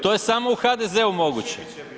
To je samo u HDZ-u moguće.